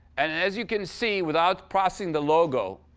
and as you can see, without processing the logo,